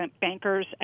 bankers